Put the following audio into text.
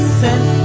sent